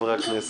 לכנסת.